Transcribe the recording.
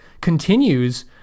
continues